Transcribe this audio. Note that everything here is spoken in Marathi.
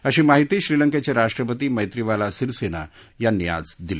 अशी माहिती श्रीलंकेचे राष्ट्रपती मैत्रीवाला सिरसेना यांनी आज दिली